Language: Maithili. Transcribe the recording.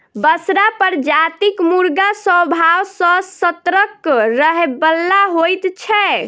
बसरा प्रजातिक मुर्गा स्वभाव सॅ सतर्क रहयबला होइत छै